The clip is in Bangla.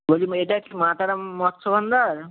এটা কি মা তারা মৎস্য ভান্ডার